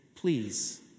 please